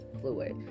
fluid